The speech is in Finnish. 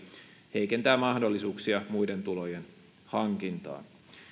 heikentää mahdollisuuksia muiden tulojen hankintaan